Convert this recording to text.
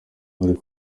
byari